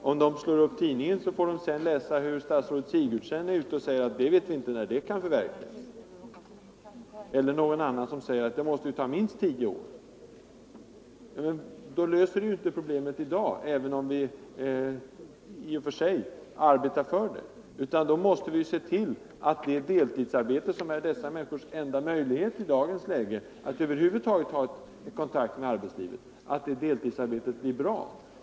Om de sedan slår upp tidningen, kan de läsa att statsrådet Sigurdsen är ute och säger: ”Vi vet inte när det kan förverkligas”, eller att någon annan säger att det måste ta minst tio år att genomföra. Det löser alltså inte problemen i dag, även om vi i och för sig arbetar för det. Vi måste därför se till att deltidsarbetet, som är dessa människors enda möjlighet i dagens läge att över huvud taget ha kontakt med arbetslivet, blir bra.